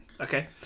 okay